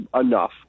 enough